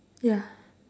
ya